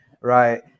right